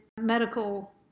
medical